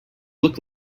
look